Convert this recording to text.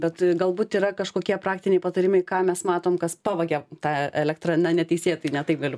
bet galbūt yra kažkokie praktiniai patarimai ką mes matom kas pavagia tą elektrą na neteisėtai net taip galiu